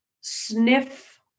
sniff